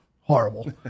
horrible